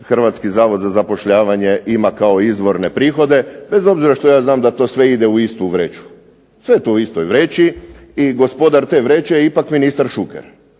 Hrvatski zavod za zapošljavanje ima kao izvorne prihode bez obzira što ja znam da to sve ide u istu vreću. Sve je to u istoj vreći i gospodar te vreće je ipak ministar Šuker